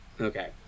Okay